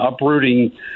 uprooting